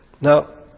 Now